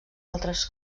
altres